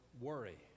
worry